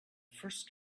first